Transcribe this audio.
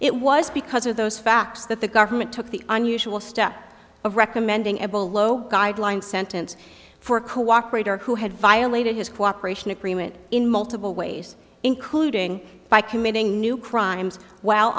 it was because of those facts that the government took the unusual step of recommending a bolo guideline sentence for cooperator who had violated his cooperation agreement in multiple ways including by committing new crimes w